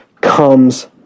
comes